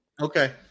Okay